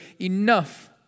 enough